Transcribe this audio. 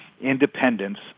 independence